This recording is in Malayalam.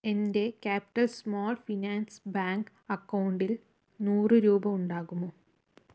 എൻ്റെ ക്യാപിറ്റൽ സ്മോൾ ഫിനാൻസ് ബാങ്ക് അക്കൗണ്ടിൽ നൂറ് രൂപ ഉണ്ടാകുമോ